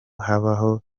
habaho